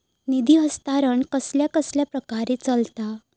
निधी हस्तांतरण कसल्या कसल्या प्रकारे चलता?